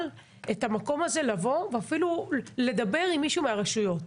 המקום הזה ואפילו לדבר עם מישהו מהרשויות.